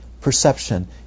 perception